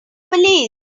police